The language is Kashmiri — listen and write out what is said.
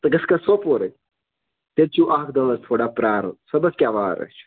ژٕ گژھٕکھا سوپورے تیٚلہِ چھُو اَکھ دۄہا تھوڑا پرٛارُن صُبَحس کیٛاہ وار حظ چھِ